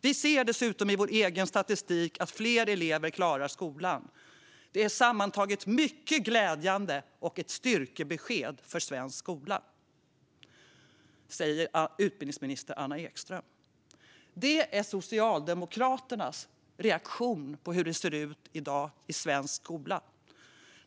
Vi ser dessutom i vår egen statistik att fler elever klarar skolan. Det är sammantaget mycket glädjande och ett styrkebesked för svensk skola." Så säger utbildningsminister Anna Ekström. Det är Socialdemokraternas reaktion på hur det ser ut i dag i svensk skola.